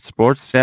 Sports